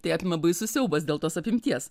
tai apima baisus siaubas dėl tos apimties